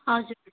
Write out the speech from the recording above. हजुर